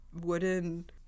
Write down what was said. wooden